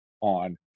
on